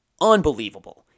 Unbelievable